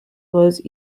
flows